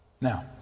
Now